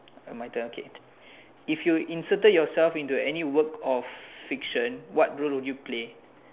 uh my turn okay if you inserted yourself into any work of fiction what role would you play